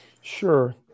Sure